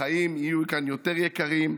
החיים יהיו כאן יותר יקרים,